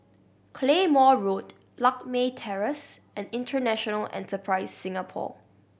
Claymore Road Lakme Terrace and International Enterprise Singapore